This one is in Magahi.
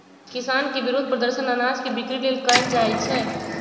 किसान के विरोध प्रदर्शन अनाज के बिक्री लेल कएल जाइ छै